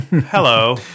hello